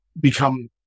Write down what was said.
become